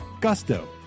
Gusto